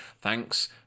thanks